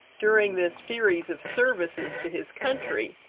during this series of services to his country,